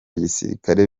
gisirikare